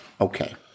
Okay